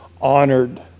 honored